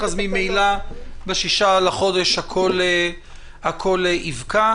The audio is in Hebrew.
ממילא ב-6 בחודש הכול יפקע.